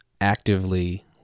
actively